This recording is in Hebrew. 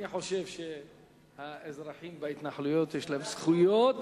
אני חושב שלאזרחים בהתנחלויות יש זכויות